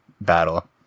battle